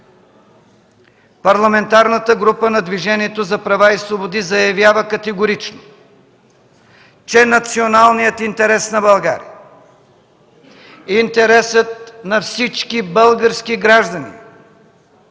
Парламентарната група на Движението за права и свободи заявява категорично, че националният интерес на България, интересът на всички български граждани